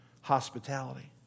hospitality